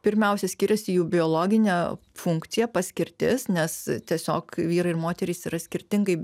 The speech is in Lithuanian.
pirmiausia skiriasi jų biologinė funkcija paskirtis nes tiesiog vyrai ir moterys yra skirtingai